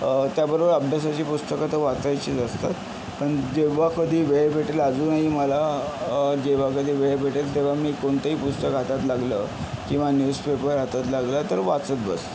त्याबरोबर अभ्यासाची पुस्तकं तर वाचायचीच असतात पण जेव्हा कधी वेळ भेटेल अजूनही मला जेव्हा कधी वेळ भेटेल तेव्हा मी कोणतंही पुस्तक हातात लागलं किंवा न्यूज पेपर हातात लागला तर वाचत बसतो